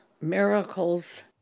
miracles